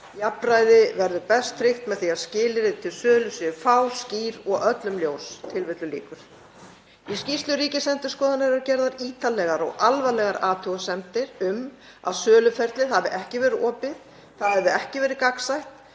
Jafnræði verður best tryggt með því að skilyrði við sölu séu fá, skýr og öllum ljós.“ Í skýrslu Ríkisendurskoðunar eru gerðar ítarlegar og alvarlegar athugasemdir um að söluferlið hafi ekki verið opið, það hafi ekki verið gagnsætt,